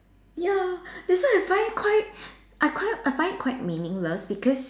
ya that's why I find quite I quite I find it quite meaningless because